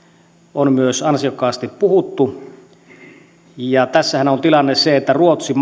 on myös ansiokkaasti puhuttu tässähän on tilanne se että ruotsi